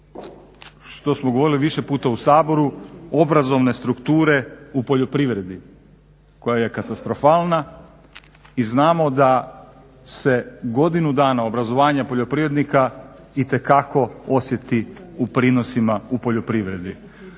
što smo govorili više puta u Saboru obrazovne strukture u poljoprivredi koja je katastrofalna i znamo da se godinu dana obrazovanja poljoprivrednika itekako osjeti u prinosima u poljoprivredi.